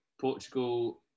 Portugal